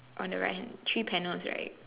on the right hand three panels right